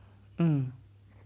mm